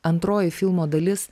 antroji filmo dalis